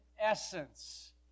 essence